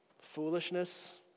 foolishness